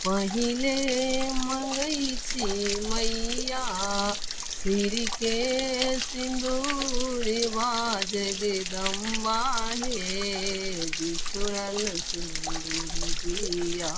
पहिले मङ्गै छी मैया सिरके सिन्दूरवा जगदम्बा हे बिछुड़ल सिन्दूर दिअ